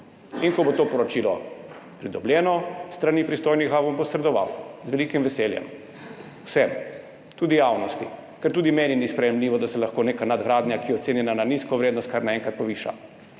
In ko bo to poročilo pridobljeno s strani pristojnih, ga bom posredoval, z velikim veseljem, vsem, tudi javnosti. Ker tudi meni ni sprejemljivo, da se lahko neka nadgradnja, ki je ocenjena na nizko vrednost, kar naenkrat poviša.